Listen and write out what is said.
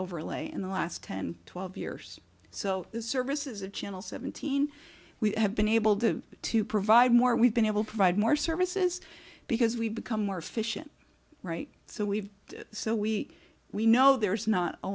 overlay in the last ten twelve years so the service is a channel seventeen we have been able to to provide more we've been able to provide more services because we've become more efficient right so we've so we we know there's not a